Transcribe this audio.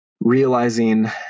realizing